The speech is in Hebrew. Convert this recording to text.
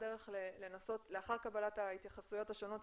הדרך לאחר קבלת ההתייחסויות השונות,